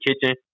kitchen